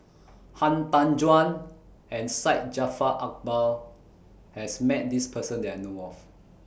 Han Tan Juan and Syed Jaafar Albar has Met This Person that I know of